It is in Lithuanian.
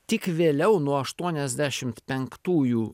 tik vėliau nuo aštuoniasdešimt penktųjų